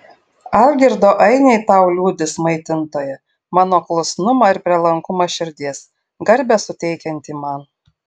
algirdo ainiai tau liudys maitintoja mano klusnumą ir prielankumą širdies garbę suteikiantį man